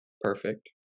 perfect